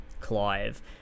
Clive